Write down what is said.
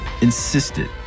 insisted